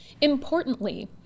Importantly